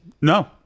No